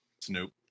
Snoop